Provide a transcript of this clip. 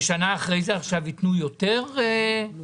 ובשנה אחרי כן, עכשיו ייתנו יותר מלגות?